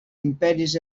imperis